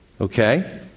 okay